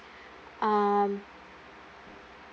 um